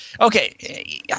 okay